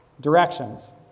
directions